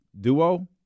duo